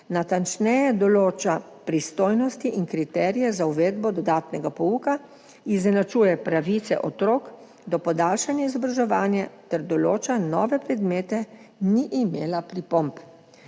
natančneje določa pristojnosti in kriterije za uvedbo dodatnega pouka, izenačuje pravice otrok do podaljšanja izobraževanja ter določa nove predmete, ni imela pripomb.